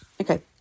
okay